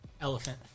Elephant